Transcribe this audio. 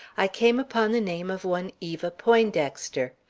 i came upon the name of one eva poindexter.